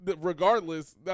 regardless